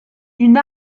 une